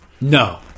No